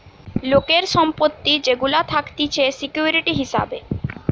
লোকের সম্পত্তি যেগুলা থাকতিছে সিকিউরিটি হিসাবে